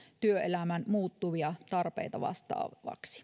työelämän muuttuvia tarpeita vastaaviksi